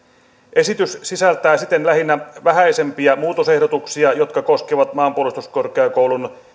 esitys sisältää siten lähinnä vähäisempiä muutosehdotuksia jotka koskevat maanpuolustuskorkeakoulun